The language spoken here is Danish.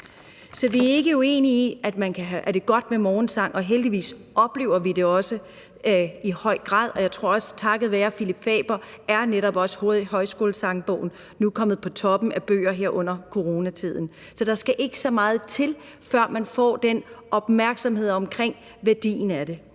Så vi er ikke uenige i, at det er godt med morgensang, og heldigvis oplever vi det også i høj grad. Jeg tror også, at højskolesangbogen takket være Phillip Faber jo nu i høj grad er kommet på toppen af bøger her i coronatiden. Så der skal ikke så meget til, før man får den opmærksomhed omkring værdien af det.